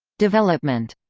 development.